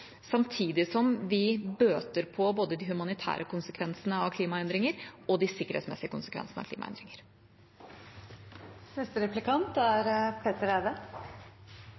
samtidig som vi bøter på både de humanitære konsekvensene av klimaendringer og de sikkerhetsmessige konsekvensene av klimaendringer.